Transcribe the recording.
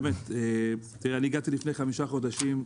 אני הגעתי לפני חמישה חודשים.